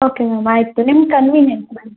okay ma'am ಆಯಿತು ನಿಮ್ಮ convenient ma'am